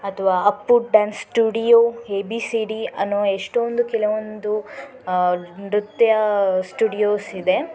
ಅಥವಾ Appu dance studio A B C D ಅನ್ನುವ ಎಷ್ಟೊಂದು ಕೆಲವೊಂದು ನೃತ್ಯ ಸ್ಟುಡಿಯೋಸ್ ಇದೆ